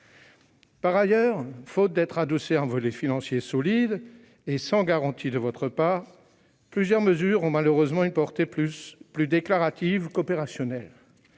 la ministre, faute d'être adossées à un volet financier solide et sans garanties de votre part, plusieurs mesures ont malheureusement une portée plus déclarative qu'opérationnelle.